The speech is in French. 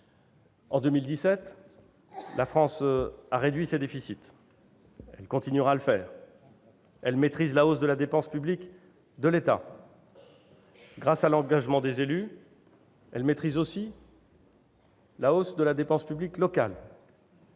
En 2017, la France a réduit ses déficits et elle continuera à le faire. Elle maîtrise la hausse de la dépense publique de l'État. Grâce à l'engagement des élus, elle maîtrise aussi la hausse de la dépense publique locale.